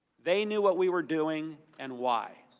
they knew what we were doing, and why.